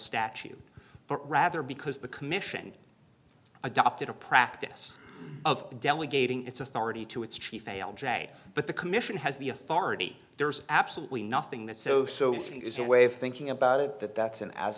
but rather because the commission adopted a practice of delegating its authority to its chief a l j but the commission has the authority there's absolutely nothing that's so so there's no way of thinking about it that that's an as